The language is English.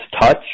touch